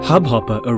Hubhopper